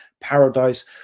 paradise